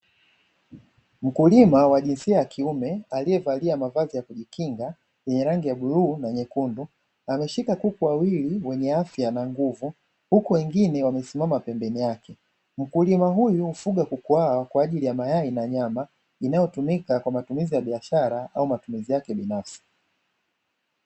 Mkulima wa jinsia ya kiume aliyevalia mavazi ya kumkinga yenye rangi ya bluu na nyekundu, na ameshika kuku wawili wenye afya na nguvu, huku wengine wamesimama pembeni yake. Mkulima huyu hufuga kuku hawa kwa ajili ya mayai na nyama inayotumika kwa matumizi ya biashara au matumizi yake binafsi.